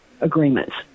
agreements